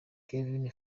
kevin